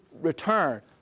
return